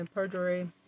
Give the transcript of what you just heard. Perjury